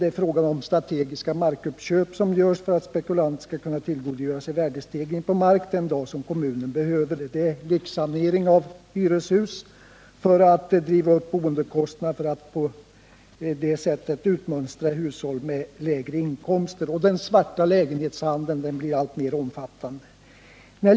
Det är fråga om strategiska markuppköp, som görs för att spekulanten skall kunna tillgodogöra sig värdestegring på mark den dag kommunen behöver den. Det är fråga om lyxsanering av hyreshus för att driva upp boendekostnader och på det sättet utmönstra hushåll med lägre inkomster. Den svarta lägenhetshandeln blir alltmer omfattande.